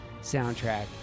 soundtrack